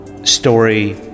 story